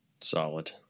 Solid